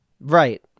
Right